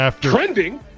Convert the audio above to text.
Trending